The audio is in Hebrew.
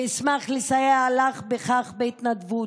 ואשמח לסייע לך בכך בהתנדבות.